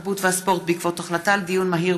התרבות והספורט בעקבות דיון מהיר